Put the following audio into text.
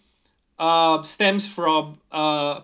uh stems from uh